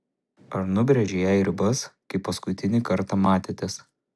ar nubrėžei jai ribas kai paskutinį kartą matėtės